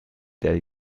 der